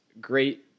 Great